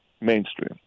mainstream